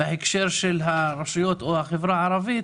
בהקשר של הרשויות או החברה הערבית,